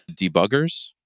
debuggers